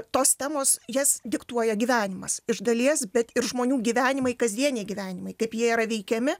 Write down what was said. tos temos jas diktuoja gyvenimas iš dalies bet ir žmonių gyvenimai kasdieniai gyvenimai kaip jie yra veikiami